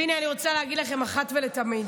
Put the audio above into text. והינה, אני רוצה להגיד לכן אחת ולתמיד: